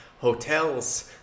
hotels